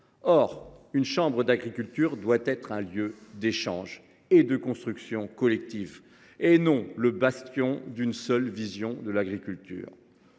Or une chambre d’agriculture doit être un lieu d’échange et de construction collective, non le bastion des tenants d’une seule vision de l’agriculture.